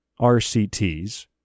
RCTs